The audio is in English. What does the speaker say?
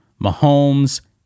Mahomes